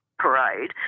parade